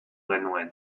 genuen